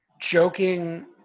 joking